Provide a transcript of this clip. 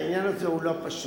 העניין הזה הוא לא פשוט.